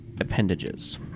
appendages